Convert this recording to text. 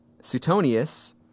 Suetonius